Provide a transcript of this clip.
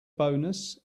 bonus